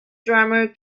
drummer